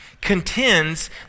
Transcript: contends